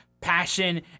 passion